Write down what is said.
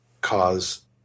cause